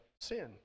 sin